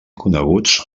coneguts